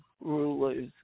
rulers